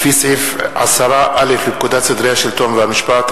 לפי סעיף 10א לפקודת סדרי השלטון והמשפט,